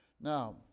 Now